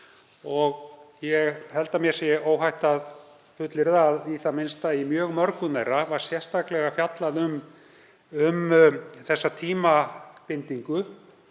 og ég held að mér sé óhætt að fullyrða að í það minnsta mjög mörgum þeirra var sérstaklega fjallað um þessa tímabindingu.